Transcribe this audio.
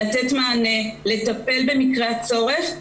לתת מענה ולטפל במקרה הצורך.